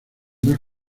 dos